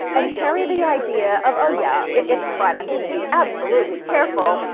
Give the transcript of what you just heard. and carry the idea of oh, yeah, it's fine, i'm gonna be absolutely careful,